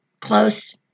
close